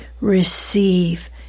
receive